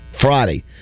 Friday